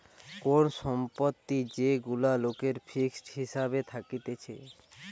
কোন সম্পত্তি যেগুলা লোকের ফিক্সড হিসাবে থাকতিছে